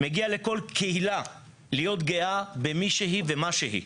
מגיע לכל קהילה להיות גאה במי שהיא ומה שהיא.